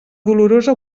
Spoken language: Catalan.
dolorosa